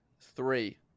Three